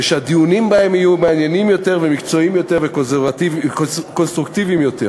ושהדיונים בהן יהיו מעניינים יותר ומקצועיים יותר וקונסטרוקטיביים יותר.